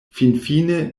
finfine